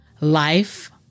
Life